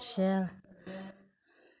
अच्छा